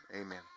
Amen